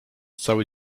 cały